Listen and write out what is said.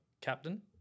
captain